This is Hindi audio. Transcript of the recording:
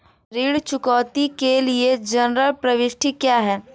ऋण चुकौती के लिए जनरल प्रविष्टि क्या है?